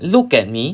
look at me